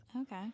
Okay